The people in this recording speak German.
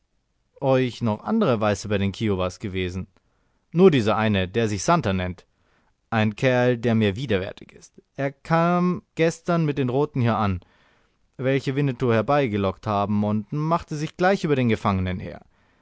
euch noch andere weiße bei den kiowas gewesen nur dieser eine der sich santer nennt ein kerl der mir widerwärtig ist er kam gestern mit den roten hier an welche winnetou herbeigelockt haben und machte sich gleich über den gefangenen her